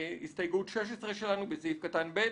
הסתייגות 16 שלנו: בסעיף קטן (ב),